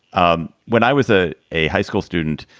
um when i was ah a high school student,